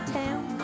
town